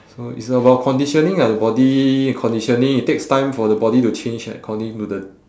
so it's about conditioning ah the body conditioning it takes time for the body to change according to the